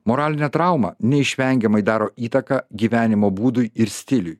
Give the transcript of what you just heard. moralinė trauma neišvengiamai daro įtaką gyvenimo būdui ir stiliui